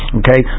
okay